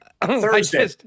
Thursday